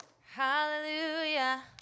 Hallelujah